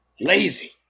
Lazy